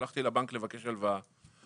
הלכתי לבנק לבקש הלוואה.